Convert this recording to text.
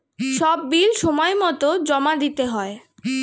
সব বিল সময়মতো জমা দিতে হয়